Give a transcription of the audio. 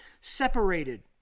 separated